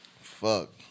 Fuck